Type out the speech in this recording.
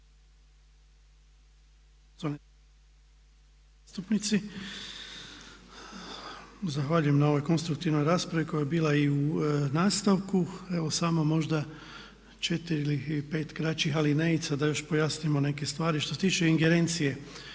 zahvaljujem na ovoj konstruktivnoj raspravi koja je bila i u nastavku. Evo samo možda četiri ili pet kraćih …, da još pojasnimo neke stvari. Što se tiče ingerencije,